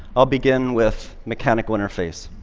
i'll begin with mechanical interface.